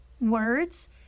words